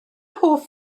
hoff